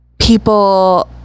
people